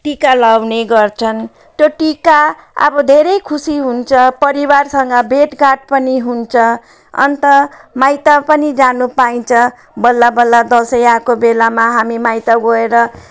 टिका लगाउने गर्छन् त्यो टिका अब धेरै खुसी हुन्छ परिवारसँग भेटघाट पनि हुन्छ अन्त माइत पनि जानु पाइन्छ बल्ल बल्ल दसैँ आएको बेलामा हामी माइत गएर